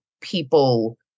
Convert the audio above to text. people